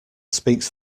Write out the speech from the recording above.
speaks